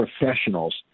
professionals